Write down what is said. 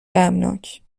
غمناک